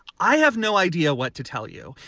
i have no idea what to tell you,